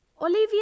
Olivia